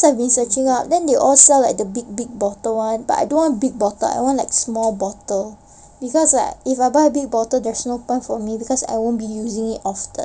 so I've been searching up then they all sell like big big bottles [one] but I don't want big bottle I want like small bottle because like if I buy a big bottle there's no point for me because I won't be using it often